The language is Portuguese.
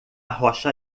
rocha